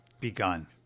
begun